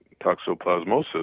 toxoplasmosis